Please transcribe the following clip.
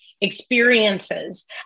experiences